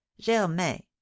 germain